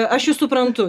aš jus suprantu